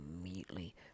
immediately